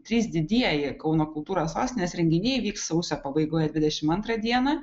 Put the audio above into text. trys didieji kauno kultūros sostinės renginiai vyks sausio pabaigoje dvidešimt antrąją dieną